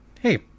Hey